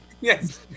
Yes